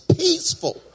peaceful